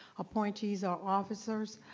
appointees, or officers,